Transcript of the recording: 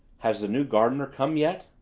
has the new gardener come yet?